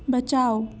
बचाओ